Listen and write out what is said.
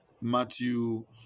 Matthew